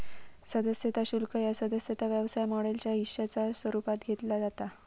सदस्यता शुल्क ह्या सदस्यता व्यवसाय मॉडेलच्या हिश्शाच्या स्वरूपात घेतला जाता